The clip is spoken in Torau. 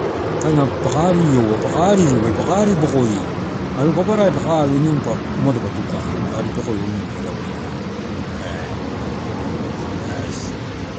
Kaina paka ari ioua pakari rupe, pakari aribokoi al paparai pa kalo, ni impa matalo pa tu kakalo adi pekoe onounu ela umado ela.